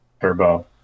Turbo